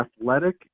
athletic